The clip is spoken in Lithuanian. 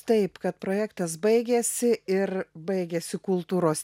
taip kad projektas baigėsi ir baigėsi kultūros